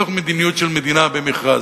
מתוך מדיניות של מדינה במכרז,